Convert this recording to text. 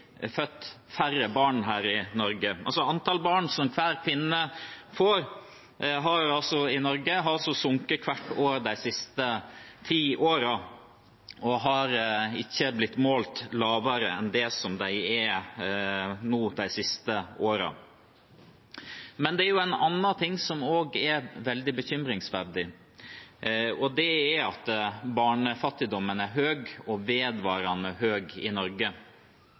født færre barn i Norge. Antall barn hver kvinne i Norge får, har altså sunket hvert år de siste ti årene og har de siste årene ikke blitt målt lavere enn nå. Det er noe annet som også er veldig bekymringsfullt. Det er at barnefattigdommen i Norge